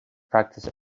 practice